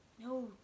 no